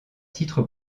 titre